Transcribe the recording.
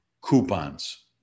Coupons